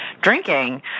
drinking